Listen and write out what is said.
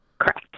Correct